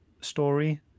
story